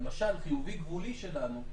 למשל חיובי גבולי שלנו,